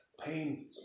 Pain